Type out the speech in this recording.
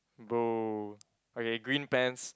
bro okay green pants